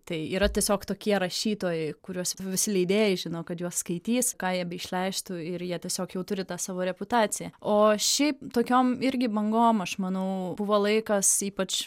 tai yra tiesiog tokie rašytojai kuriuos visi leidėjai žino kad juos skaitys ką jie beišleistų ir jie tiesiog jau turi tą savo reputaciją o šiaip tokiom irgi bangom aš manau buvo laikas ypač